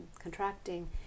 contracting